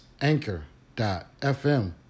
anchor.fm